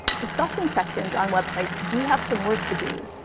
discussion sections on websites do have some work to do,